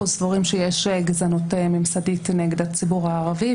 סבורים שיש גזענות ממסדית נגד הציבור הערבי.